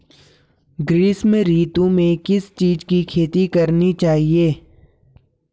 ग्रीष्म ऋतु में किस चीज़ की खेती करनी चाहिये?